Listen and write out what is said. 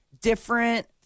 different